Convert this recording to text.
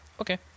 Okay